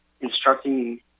instructing